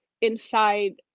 inside